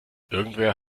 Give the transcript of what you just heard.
irgendwer